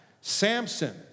Samson